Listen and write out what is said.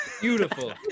beautiful